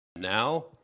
Now